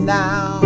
now